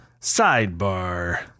sidebar